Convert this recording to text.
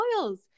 oils